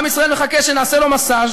עם ישראל מחכה שנעשה לו מסאז',